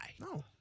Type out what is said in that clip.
No